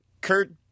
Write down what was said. Kurt